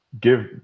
give